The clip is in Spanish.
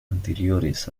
anteriores